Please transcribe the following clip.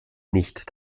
nicht